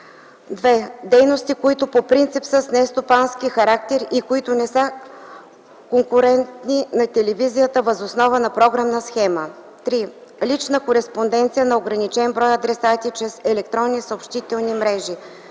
2. дейности, които по принцип са с нестопански характер и които не са конкурентни на телевизията въз основа на програмна схема; 3. лична кореспонденция на ограничен брой адресати чрез електронни съобщителни мрежи;